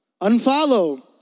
Unfollow